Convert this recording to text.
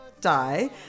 die